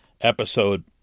episode